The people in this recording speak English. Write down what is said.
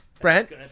Brent